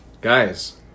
guys